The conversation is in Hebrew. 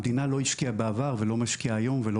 המדינה לא השקיעה בעבר ולא משקיעה היום ולא